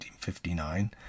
1959